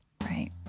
right